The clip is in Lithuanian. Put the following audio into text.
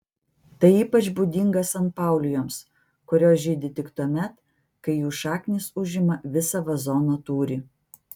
tai ypač būdinga sanpaulijoms kurios žydi tik tuomet kai jų šaknys užima visą vazono tūrį